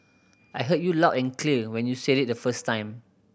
I heard you loud and clear when you said it the first time